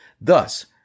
Thus